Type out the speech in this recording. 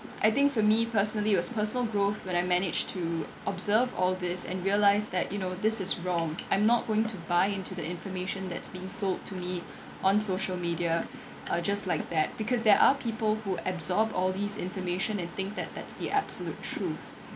I think for me personally it was personal growth but I managed to observe all these and realise that you know this is wrong I'm not going to buy into the information that's been sold to me on social media uh just like that because there are people who absorb all these information and think that that's the absolute truth